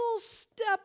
step